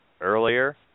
earlier